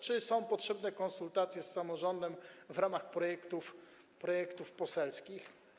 Czy są potrzebne konsultacje z samorządem w ramach projektów poselskich?